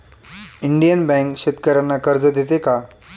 Indian bank शेतकर्यांना कर्ज देते का?